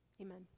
Amen